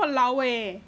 !walao! eh